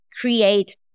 create